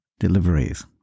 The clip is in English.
Deliveries